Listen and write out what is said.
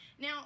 Now